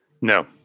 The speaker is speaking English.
no